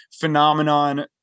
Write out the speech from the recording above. phenomenon